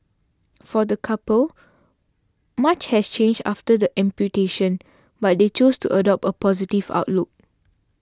for the couple much has changed after the amputation but they choose to adopt a positive outlook